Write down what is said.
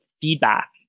feedback